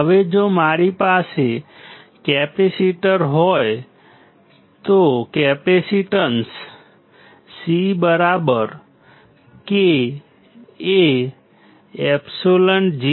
હવે જો મારી પાસે કેપેસિટર છે તો કેપેસિટેન્સ CkAεod